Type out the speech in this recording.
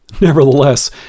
Nevertheless